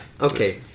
Okay